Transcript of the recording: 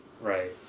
Right